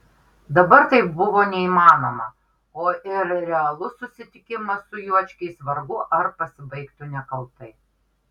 dabar tai buvo neįmanoma o ir realus susitikimas su juočkiais vargu ar pasibaigtų nekaltai